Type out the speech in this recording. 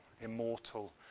immortal